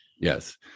Yes